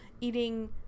eating